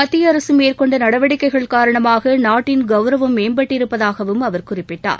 மத்திய அரசு மேற்கொண்ட நடவடிக்கைகள் காரணமாக நாட்டின் கௌரவம் மேம்பட்டிருப்பதாகவும் அவர் குறிப்பிட்டார்